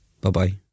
Bye-bye